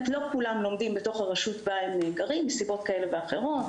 לומדים בתוך הרשות בה הם גרים מסיבות כאלו ואחרות.